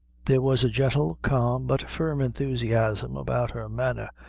there was a gentle, calm, but firm enthusiasm about her manner,